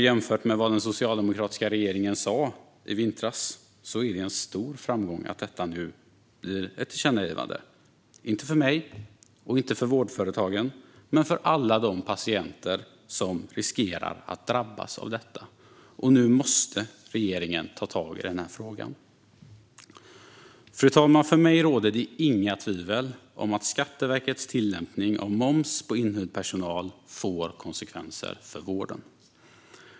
Jämfört med vad den socialdemokratiska regeringen sa i vintras är det en stor framgång att det nu blir ett tillkännagivande, inte för mig och inte för vårdföretagen men för alla patienter som riskerar att drabbas. Nu måste regeringen ta tag i den här frågan. Fru talman! För mig råder inga tvivel om att Skatteverkets tillämpning av moms på inhyrd personal får konsekvenser för vården.